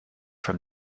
from